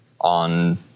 on